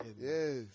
Yes